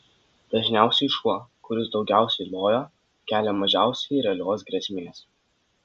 dažniausiai šuo kuris daugiausiai loja kelia mažiausiai realios grėsmės